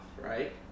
right